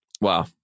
Wow